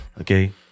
okay